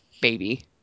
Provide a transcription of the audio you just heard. baby